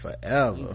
forever